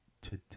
Today